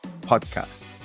podcast